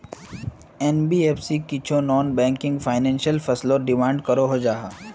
NBFC की छौ non banking financial फसलोत डिमांड करवा सकोहो जाहा?